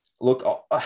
Look